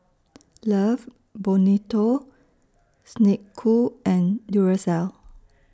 Love Bonito Snek Ku and Duracell